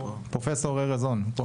פרופסור ארז און פה.